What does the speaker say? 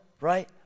right